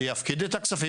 שיפקיד את הכספים,